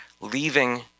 leaving